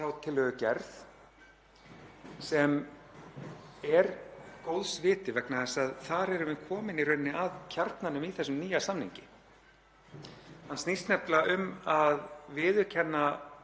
Hann snýst nefnilega um að viðurkenna þjáningar þeirra sem hafa orðið fyrir því að tapa heilsu,